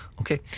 Okay